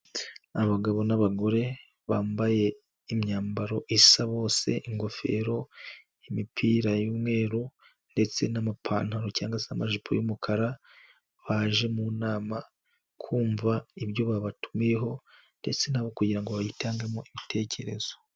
Abagabo n'abagore bambaye imyambaro isa bose ingofero y'imipira y'umweru ndetse n'amapantaro cyangwa se amajipo y'umukara, baje mu nama kumva ibyo babatumiyeho ndetse nabo kugira ngo bayitangemo ibitekerezo.